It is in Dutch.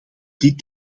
dit